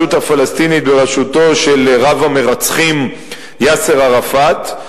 הפלסטינית בראשותו של רב-המרצחים יאסר ערפאת.